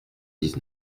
dix